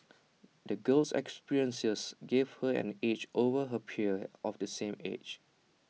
the girl's experiences gave her an edge over her peers of the same age